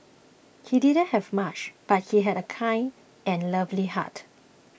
he did not have much but he had a kind and lovely heart